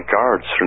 Guards